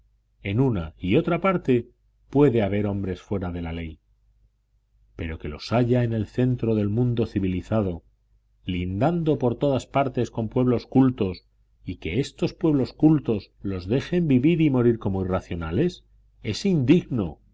en una y otra parte puede haber hombres fuera de la ley pero que los haya en el centro del mundo civilizado lindando por todas partes con pueblos cultos y que estos pueblos cultos los dejen vivir y morir como irracionales es indigno